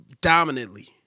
dominantly